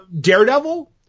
Daredevil